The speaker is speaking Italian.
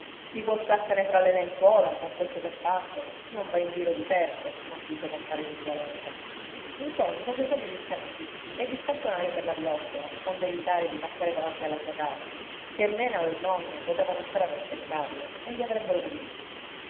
chi può starsene fra le lenzuola con questo tempaccio non va in giro di certo conchiuse compare cinghialenta ntoni fece segno di star zitti e di scantonare per la viottola onde evitare di passare davanti alla sua casa ché mena o il nonno potevano stare ad aspettarlo e li avrebbero uditi